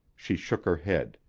she shook her head.